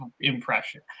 impression